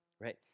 Right